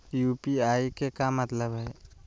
UPI के का मतलब हई?